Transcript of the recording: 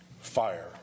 fire